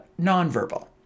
nonverbal